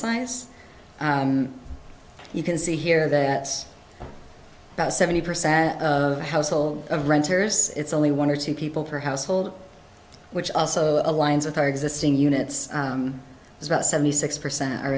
science you can see here that about seventy percent of household of renters it's only one or two people per household which also aligns with our existing units about seventy six percent are